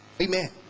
amen